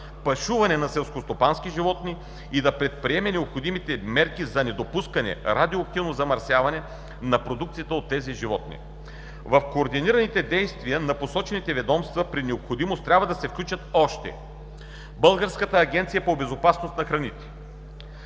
пашуване на селскостопански животни и да предприеме необходимите мерки за недопускане радиоактивно замърсяване на продукцията от тези животни. В координираните действия на посочените ведомства, при необходимост трябва да се включват още Българската агенция по безопасност на храните;